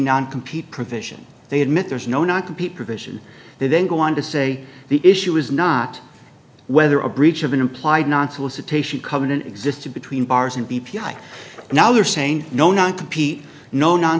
non compete provision they admit there's no not complete provision they then go on to say the issue is not whether a breach of an implied not solicit taishi covenant existed between bars and p p i now they're saying no not compete no non